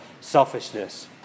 selfishness